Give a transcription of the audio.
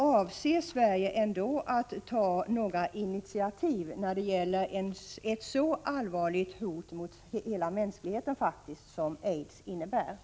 Avser Sverige ändå att ta några initiativ när det gäller ett så allvarligt hot mot hela mänskligheten som aids innebär?